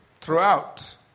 Throughout